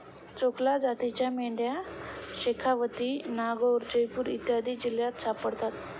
चोकला जातीच्या मेंढ्या शेखावती, नागैर, जयपूर इत्यादी जिल्ह्यांत सापडतात